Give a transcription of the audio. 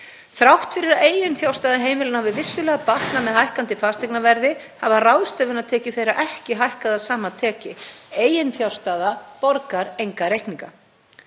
Þrátt fyrir að eiginfjárstaða heimilanna hafi vissulega batnað með hækkandi fasteignaverði, hafa ráðstöfunartekjur þeirra ekki hækkað að sama skapi. Eiginfjárstaða borgar enga reikninga.